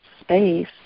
space